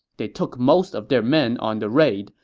they took most of their men on the raid,